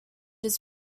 his